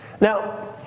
Now